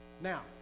Now